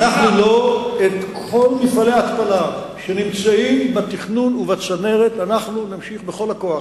את כל מפעלי ההתפלה שנמצאים בתכנון ובצנרת אנחנו נמשיך בכל הכוח.